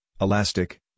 elastic